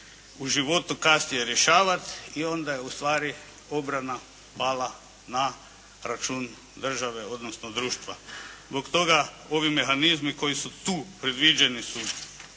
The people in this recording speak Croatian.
u životu kasnije rješavati i onda je ustvari obrana pala na račun države, odnosno društva. Zbog toga ovi mehanizmi koji su tu predviđeni su